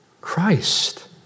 Christ